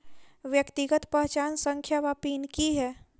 व्यक्तिगत पहचान संख्या वा पिन की है?